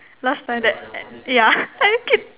last time that I yeah are you kid